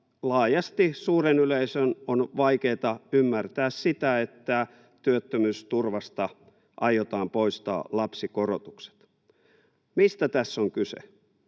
laajasti suuren yleisön on vaikeata ymmärtää sitä, että työttömyysturvasta aiotaan poistaa lapsikorotukset. Mistä tässä on kyse?